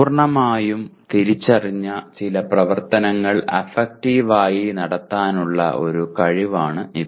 പൂർണ്ണമായും തിരിച്ചറിഞ്ഞ ചില പ്രവർത്തനങ്ങൾ അഫക്റ്റീവായി നടത്താനുള്ള ഒരു കഴിവാണ് ഇത്